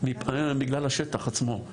בגלל השטח עצמו,